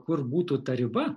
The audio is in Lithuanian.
kur būtų ta riba